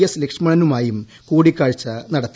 S ലക്ഷ്മണനുമായും കൂടിക്കാഴ്ച നടത്തി